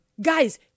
Guys